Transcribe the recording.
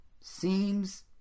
seems